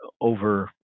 over